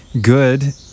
good